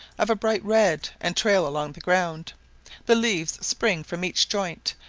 of a bright red, and trail along the ground the leaves spring from each joint,